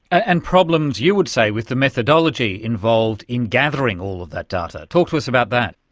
and problems, you would say, with the methodology involved in gathering all of that data. talk to us about that.